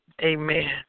amen